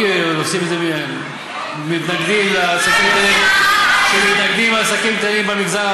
כאילו לשים את זה שמתנגדים לעסקים קטנים במגזר הערבי.